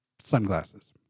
sunglasses